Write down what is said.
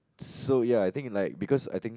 so ya I think like because I think